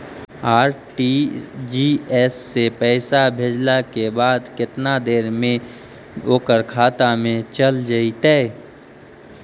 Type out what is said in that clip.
RTGS से पैसा भेजला के बाद केतना देर मे ओकर खाता मे चल जितै?